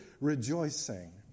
rejoicing